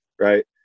right